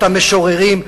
אותם משוררים,